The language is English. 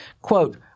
quote